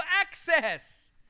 access